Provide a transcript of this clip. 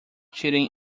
cheating